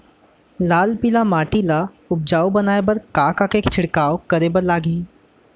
लाल पीली माटी ला उपजाऊ बनाए बर का का के छिड़काव करे बर लागही?